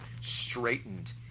straightened